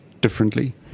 differently